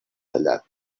tallat